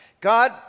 god